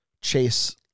chase